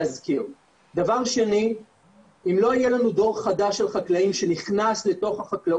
אם זה מבחינת המגוון של הגידולים שלהם.